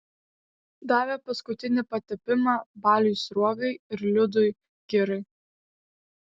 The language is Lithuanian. davė paskutinį patepimą baliui sruogai ir liudui girai